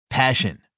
Passion